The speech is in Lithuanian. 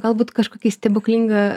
galbūt kažkokį stebuklingą